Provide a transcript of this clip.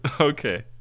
Okay